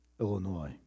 Illinois